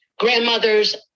Grandmothers